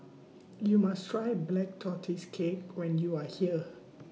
YOU must Try Black Tortoise Cake when YOU Are here